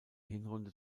hinrunde